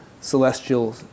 celestial